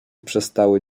przestały